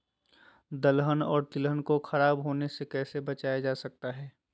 दलहन और तिलहन को खराब होने से कैसे बचाया जा सकता है?